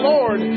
Lord